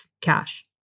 cash